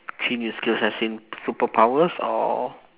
three new skills as in superpowers or